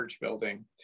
building